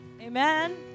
Amen